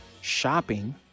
shopping